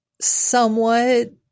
somewhat